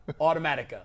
Automatica